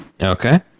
Okay